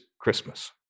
Christmas